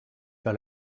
par